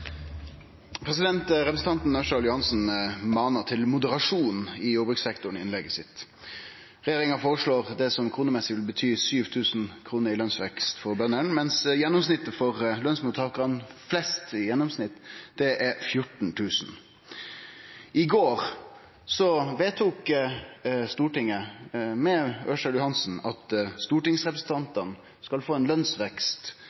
Representanten Ørsal Johansen manar i innlegget sitt til moderasjon i jordbrukssektoren. Regjeringa foreslår det som i kroner vil bety 7 000 kr i lønsvekst for bøndene, mens gjennomsnittet for dei fleste lønsmottakarane er 14 000 kr. I går vedtok Stortinget, med representanten Ørsal Johansen, at